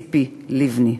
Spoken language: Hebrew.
ציפי לבני.